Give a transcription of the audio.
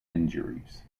injuries